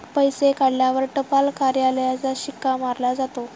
पैसे काढल्यावर टपाल कार्यालयाचा शिक्का मारला जातो